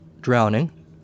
drowning